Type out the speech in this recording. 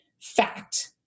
fact